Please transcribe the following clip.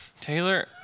Taylor